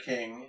King